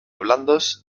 blandos